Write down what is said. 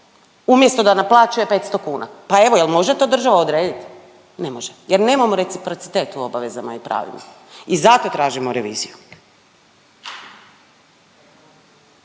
Umjesto da naplaćuje 500 kn. Pa evo jel može to država odredit? Ne može, jer nemamo reciprocitet u obavezama i pravima. I zato tražimo reviziju.